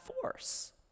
force